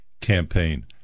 Campaign